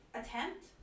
attempt